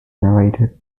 narrated